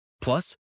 Plus